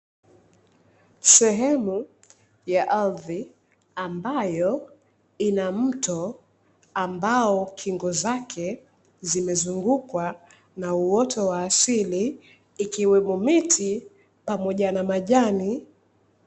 Sehemu ya ardhi, ambayo ina mto ambao kingo zake zimezungukwa na uoto wa asili, ikiwemo miti pamoja na majani.